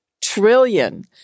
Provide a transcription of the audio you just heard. trillion